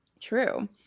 true